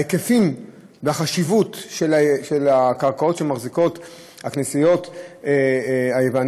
ההיקפים והחשיבות של הקרקעות שמחזיקות הכנסיות היווניות,